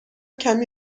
کمی